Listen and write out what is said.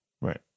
Right